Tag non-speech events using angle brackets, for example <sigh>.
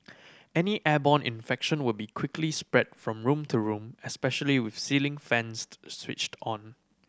any airborne infection would be quickly spread from room to room especially with ceiling fans <unintelligible> switched on